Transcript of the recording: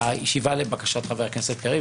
הישיבה לבקשת חבר הכנסת קריב,